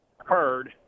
occurred